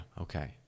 okay